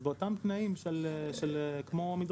איתן, אז באותם תנאים כמו מדרכה.